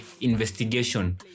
investigation